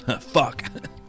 Fuck